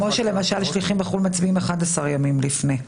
כמו ששליחים בחו"ל מצביעים 11 ימים לפני.